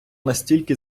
настільки